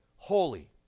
holy